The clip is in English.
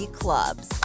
clubs